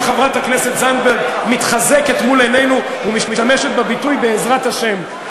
גם חברת הכנסת זנדברג מתחזקת מול עינינו ומשתמשת בביטוי "בעזרת השם".